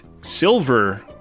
silver